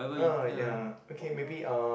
oh ya okay maybe uh